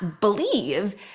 believe